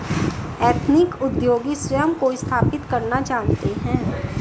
ethnic उद्योगी स्वयं को स्थापित करना जानते हैं